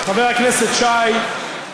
חבר הכנסת שי,